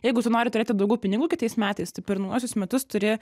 jeigu tu nori turėti daugiau pinigų kitais metais tai per naujuosius metus turi